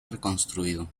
reconstruido